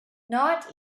not